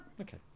Okay